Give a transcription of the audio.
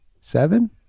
Seven